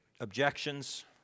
objections